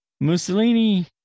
Mussolini